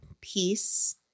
peace